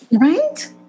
Right